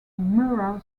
mural